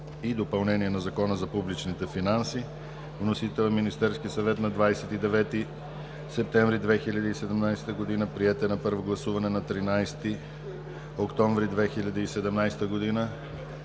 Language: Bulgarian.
и допълнение на Закона за публичните финанси. Вносител – Министерският съвет, 29 септември 2017 г. Приет е на първо гласуване на 13 октомври 2017 г.